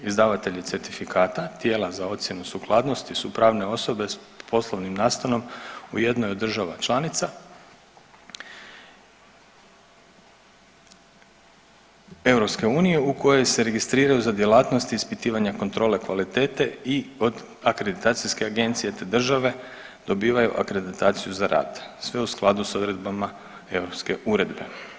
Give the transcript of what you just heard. Izdavatelji certifikata i tijela za ocjenu sukladnosti su pravne osobe s poslovnim nastanom u jednoj od država članica EU u kojoj se registriraju za djelatnost i ispitivanja kontrole kvalitete i od Akreditacijske agencije, te države dobivaju akreditaciju za rad, sve u skladu s odredbama europske uredbe.